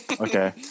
okay